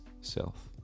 self